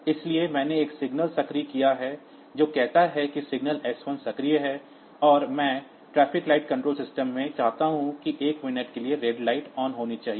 इसलिए मैंने एक सिग्नल सक्रिय किया है जो कहता है कि सिग्नल s1 सक्रिय है और मैं ट्रैफिक लाइट कंट्रोलर सिस्टम में चाहता हूं कि 1 मिनट के लिए रेड लाइट ऑन होनी चाहिए